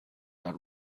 that